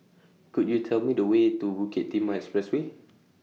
Could YOU Tell Me The Way to Bukit Timah Expressway